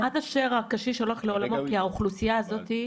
כי האוכלוסיה הזאת,